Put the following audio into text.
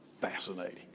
fascinating